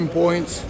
points